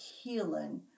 healing